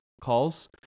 calls